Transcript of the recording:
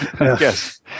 Yes